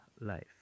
life